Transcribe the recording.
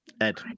Ed